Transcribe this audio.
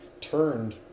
turned